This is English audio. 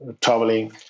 traveling